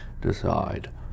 decide